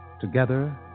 Together